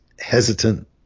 hesitant